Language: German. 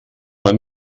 war